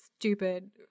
stupid